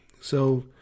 So-